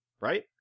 right